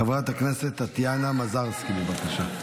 חברת הכנסת טטיאנה מזרסקי, בבקשה.